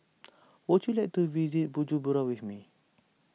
would you like to visit Bujumbura with me